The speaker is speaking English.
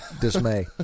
dismay